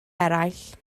eraill